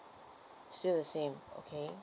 still the same okay